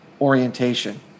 orientation